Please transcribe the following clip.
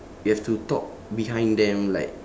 you have to talk behind them like